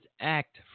act